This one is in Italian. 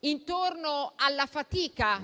intorno alla fatica,